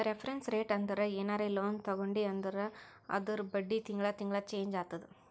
reference rate ಅಂದುರ್ ಏನರೇ loan ತಗೊಂಡಿ ಅಂದುರ್ ಅದೂರ್ ಬಡ್ಡಿ ತಿಂಗಳಾ ತಿಂಗಳಾ ಚೆಂಜ್ ಆತ್ತುದ